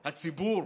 הציבור?